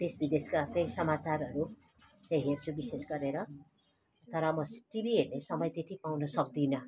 देश विदेशका केही समाचारहरू हेर्छु विशेष गरेर तर म टिभी हेर्ने समय त्यति पाउनु सक्दिनँ